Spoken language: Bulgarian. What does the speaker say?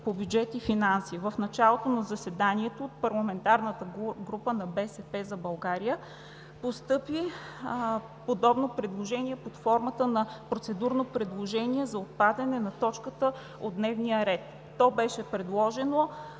по бюджет и финанси. В началото на заседанието от парламентарната група на „БСП за България“ постъпи подобно предложение под формата на процедурно предложение за отпадане на точката от дневния ред. То беше подложено